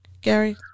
Gary